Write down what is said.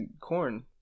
corn